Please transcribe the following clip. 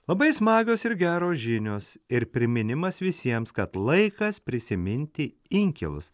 labai smagios ir geros žinios ir priminimas visiems kad laikas prisiminti inkilus